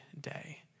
day